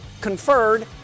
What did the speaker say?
conferred